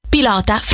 Pilota